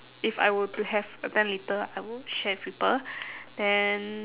if I were to have a ten litre I would share with people then